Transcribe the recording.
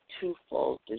twofold